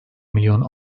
milyon